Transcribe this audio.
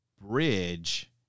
bridge